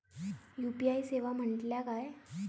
UPI सेवा म्हटल्या काय?